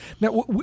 Now